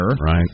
right